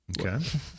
Okay